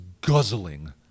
guzzling